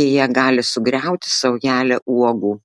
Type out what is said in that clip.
jei ją gali sugriauti saujelė uogų